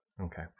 Okay